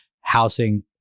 housing